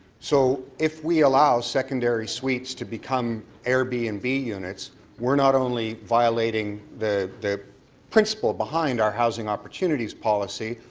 so if we allow secondary suites to become air bnb units we're not only violating the the principle behind our houseing opportunities policy,